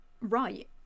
right